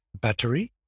battery